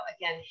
again